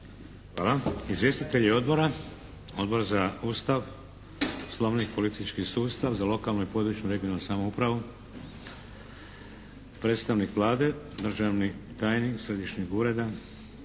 Hvala. Izvjestitelj odbora, Odbor za Ustav, Poslovnik i politički sustav, za lokalnu i područnu (regionalnu) samoupravu, predstavnik Vlade, državni tajnik središnjeg ureda